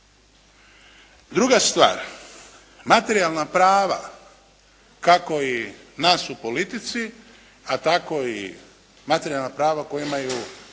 Druga stvar, materijalna prava kako i nas u politici, a tako i materijalna prava koja imaju